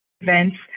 events